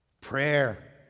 Prayer